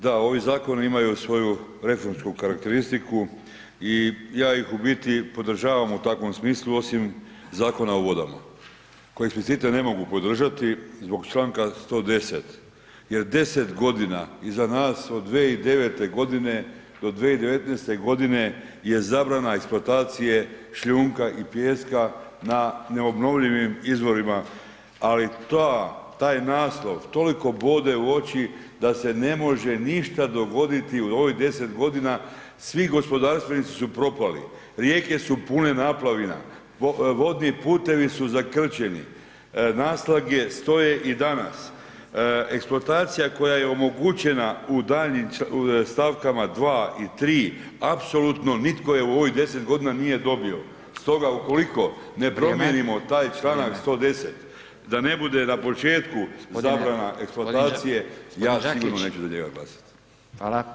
Da, ovi zakoni imaju svoju reformski karakteristiku i ja ih u biti podržavam u takvom smislu osim Zakona o vodama koji explicite ne mogu podržati zbog članka 110. jer 10 g. iza nas od 2009. g. do 2019. g. je zabrana eksploatacije šljunka i pijeska na neobnovljivim izvorima ali taj naslov toliko bode u oči da se ne može ništa dogoditi u ovih 10 g., svi gospodarstvenici su propali, rijeke su pune naplavina, vodni putevi su zakrčeni, naslage stoje i danas, eksploatacija koja je omogućena u daljnjim stavkama 2. i 3. apsolutno nitko je u ovih 10 g. nije dobio stoga ukoliko ne promijenimo taj članak 110. da ne bude na početku zabrana eksploatacije, ja sigurno neću za njega glasati.